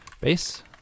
base